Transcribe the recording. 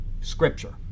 Scripture